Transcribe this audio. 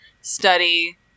study